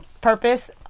purpose